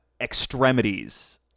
extremities